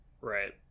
Right